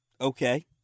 Okay